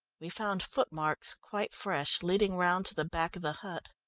we found footmarks, quite fresh, leading round to the back of the hut.